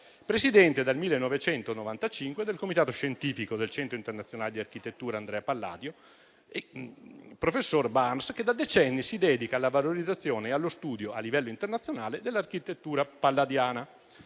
presidente dal 1995 del comitato scientifico del Centro internazionale di studi di architettura Andrea Palladio. Il professor Burns da decenni si dedica alla valorizzazione e allo studio a livello internazionale dell'architettura palladiana.